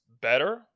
better